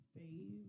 fave